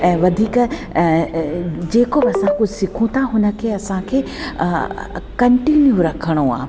ऐं वधीक जेको बि असां कुछ सिखूं था उन खे असांखे कंटिन्यू रखिणो आहे